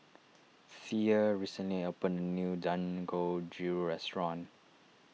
thea recently opened a new Dangojiru restaurant